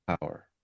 power